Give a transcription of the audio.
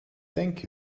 thank